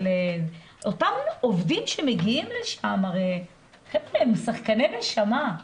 אותם עובדים שמגיעים לשם, הם שחקני נשמה.